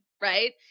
right